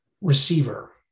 Receiver